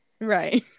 right